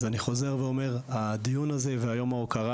אז אני חוזר ואומר הדיון הזה ויום ההוקרה